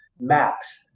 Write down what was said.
MAPS